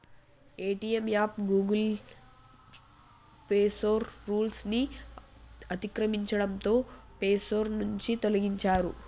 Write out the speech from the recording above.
Paytm app Google play store rules ని అతిక్రమించడంతో play store నుంచి తొలగించారు